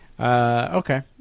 Okay